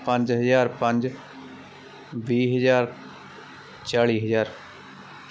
ਪੰਜ ਹਜ਼ਾਰ ਪੰਜ ਵੀਹ ਹਜ਼ਾਰ ਚਾਲੀ ਹਜ਼ਾਰ